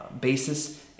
basis